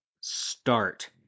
start